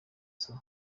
sol